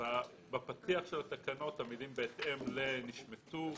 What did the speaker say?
בפתיח של התקנות, המילים "בהתאם ל-" נשמטו.